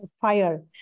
fire